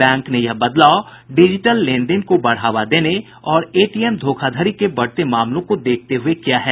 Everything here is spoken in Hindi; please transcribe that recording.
बैंक ने यह बदलाव डिजीटल लेन देन को बढ़ावा देने और एटीएम धोखाधड़ी के बढ़ते मामलों को देखते हुए किया है